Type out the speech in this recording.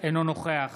אינו נוכח